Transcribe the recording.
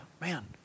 man